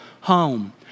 home